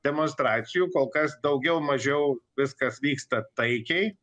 demonstracijų kol kas daugiau mažiau viskas vyksta taikiai